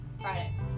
Friday